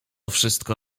wszystko